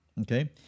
Okay